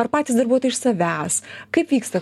ar patys darbuotojai iš savęs kaip vyksta